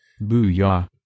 Booyah